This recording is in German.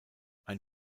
ein